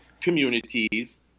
communities